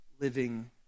living